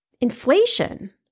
inflation